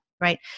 right